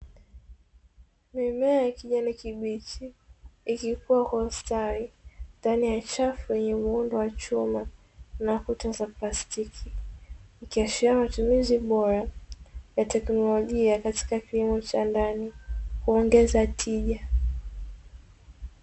Mimea ya kijani kibichi ikikua kwa ustawi ndani ya chafu yenye muundo wa chuma na kuta za plastiki, ikiashiria matumizi bora katika teknolojia ya kilimo cha ndani huongeza tija.